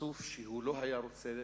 פרצוף שהוא לא היה רוצה